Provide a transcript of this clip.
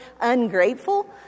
ungrateful